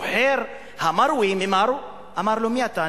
הסוחר המרואי, ממרו, אמר לו: מי אתה?